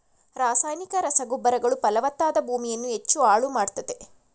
ರಾಸಾಯನಿಕ ರಸಗೊಬ್ಬರಗಳು ಫಲವತ್ತಾದ ಭೂಮಿಯನ್ನು ಹೆಚ್ಚು ಹಾಳು ಮಾಡತ್ತದೆ